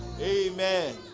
amen